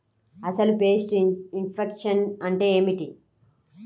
అసలు pest infection అంటే ఏమిటి?